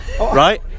right